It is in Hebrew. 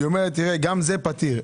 ואומרת: גם זה פתיר.